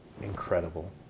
incredible